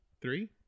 three